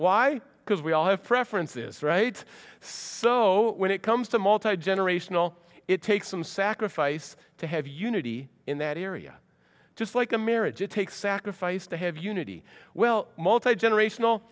why because we all have preferences right so when it comes to multigenerational it takes some sack face to have unity in that area just like a marriage it takes sacrifice to have unity well multigenerational